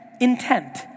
intent